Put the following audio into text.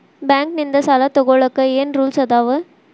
Bank ನಿಂದ್ ಸಾಲ ತೊಗೋಳಕ್ಕೆ ಏನ್ ರೂಲ್ಸ್ ಅದಾವ?